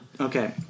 Okay